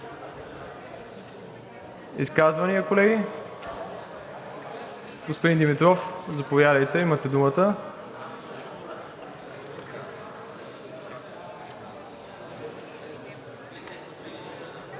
Изказвания, колеги? Господин Димитров, заповядайте, имате думата.